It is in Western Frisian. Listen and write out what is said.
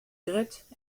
grut